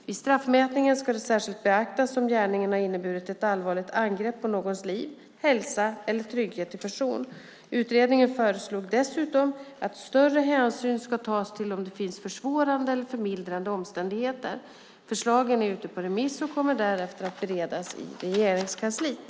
Vid straffmätningen ska det särskilt beaktas om gärningen har inneburit ett allvarligt angrepp på någons liv, hälsa eller trygghet till person. Utredningen föreslog dessutom att större hänsyn ska tas till om det finns försvårande eller förmildrande omständigheter. Förslagen är på remiss och kommer därefter att beredas inom Regeringskansliet.